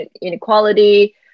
inequality